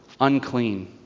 unclean